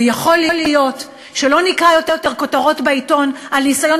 ויכול להיות שלא נקרא יותר כותרות בעיתון על ניסיון